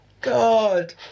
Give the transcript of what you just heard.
God